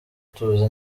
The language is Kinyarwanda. tuzi